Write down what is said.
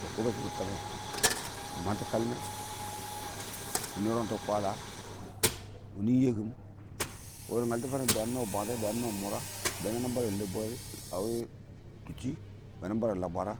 ma kɪɪn ba sharɪm tamme bɪ mangtʊ kəlmɛ bɪ nɔrang tʊ kwala wɪɪnnɪ iɪng yɛkɪm kə dɪ ngaltɔ farre bɛ yan nɔwe bwalɛ ya nɔwɛ mʊra bɛ yanɪ bwarɛ lambwɛrr yanɪ bwarɛ lam bwara